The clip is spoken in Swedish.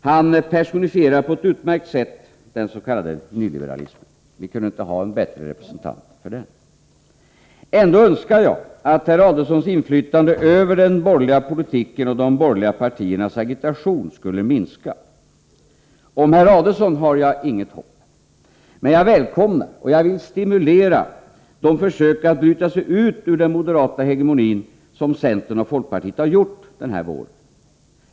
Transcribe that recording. Han personifierar på ett utmärkt sätt den s.k. nyliberalismen. Vi kunde inte önska en bättre Ändå önskar jag att herr Adelsohns inflytande över den borgerliga politiken och de borgerliga partiernas agitation skulle minska. Om herr Adelsohn har jag inget hopp. Men jag välkomnar — och vill stimulera — de försök att bryta sig ut ur den moderata hegemonin som centern och folkpartiet har gjort denna vår.